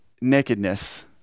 nakedness